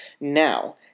Now